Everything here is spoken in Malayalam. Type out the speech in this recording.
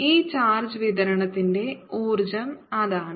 ഈ ചാർജ് വിതരണത്തിന്റെ ഊർജ്ജം അതാണ്